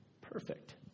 Perfect